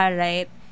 right